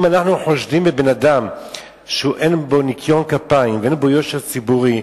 אם אנחנו חושדים בבן-אדם שאין בו ניקיון כפיים ואין בו יושר ציבורי,